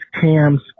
cams